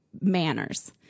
manners